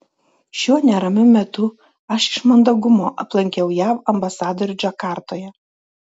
šiuo neramiu metu aš iš mandagumo aplankiau jav ambasadorių džakartoje